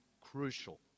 crucial